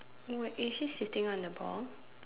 what is he sitting on the ball